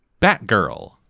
Batgirl